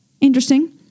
Interesting